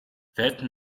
that